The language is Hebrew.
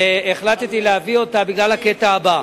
והחלטתי להביא אותה בגלל הקטע הבא: